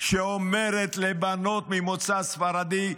שאומרת לבנות ממוצא ספרדי: